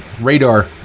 Radar